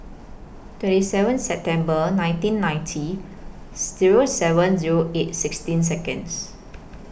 twenty seven September nineteen ninety Zero seven Zero eight sixteen Seconds